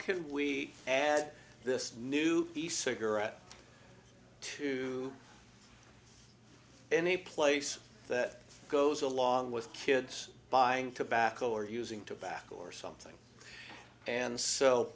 can we add this new the cigarette to any place that goes along with kids buying tobacco or using tobacco or something and so